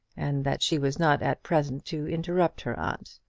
and that she was not at present to interrupt her aunt.